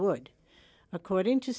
wood according to